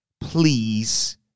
please